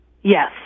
yes